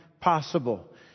possible